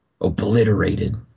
obliterated